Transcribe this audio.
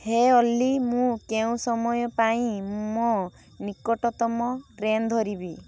ହେ ଅର୍ଲି ମୁଁ କେଉଁ ସମୟ ପାଇଁ ମୋ ନିକଟତମ ଟ୍ରେନ୍ ଧରିବି